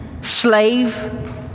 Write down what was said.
slave